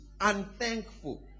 unthankful